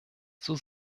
zur